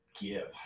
give